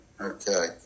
Okay